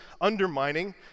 undermining